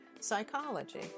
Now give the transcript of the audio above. psychology